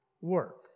Work